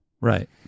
Right